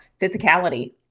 physicality